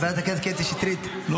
חברת הכנסת קטי שטרית, את בקריאה שנייה.